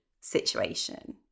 situation